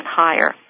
higher